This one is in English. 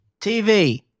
TV